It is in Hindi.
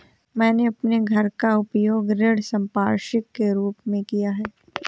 मैंने अपने घर का उपयोग ऋण संपार्श्विक के रूप में किया है